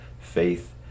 faith